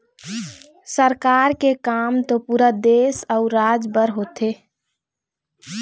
सरकार के काम तो पुरा देश अउ राज बर होथे